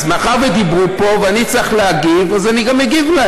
אז מאחר שדיברו פה, ואני צריך להגיב, אז אני אגיב.